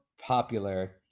popular